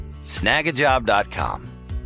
Snagajob.com